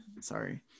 Sorry